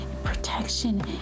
protection